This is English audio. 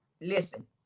listen